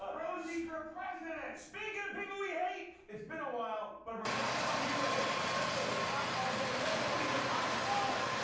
rosie for president! speaking of and people we hate, it's been a while, but if we're talking about people to hate, let's go to the top of the list. that means it's time for